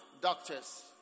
doctors